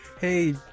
Hey